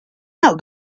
how